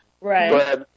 Right